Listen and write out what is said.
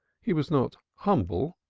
he was not humble,